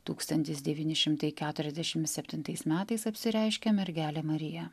tūkstantis devyni šimtai keturiasdešim septintais metais apsireiškė mergelė marija